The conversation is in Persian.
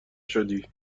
شدی